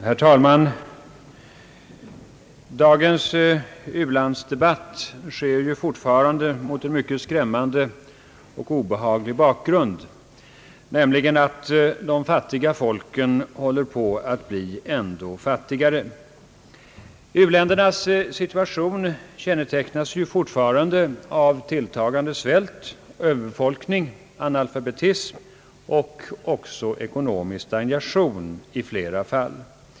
Herr talman! Dagens u-landsdebatt sker mot en mycket skrämmande och obehaglig bakgrund, nämligen att de fattiga folken håller på att bli ändå fattigare. U-ländernas situation kännetecknas fortfarande av tilltagande svält, överbefolkning, analfabetism samt också ekonomisk stagnation i flera fall.